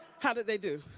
how did they do?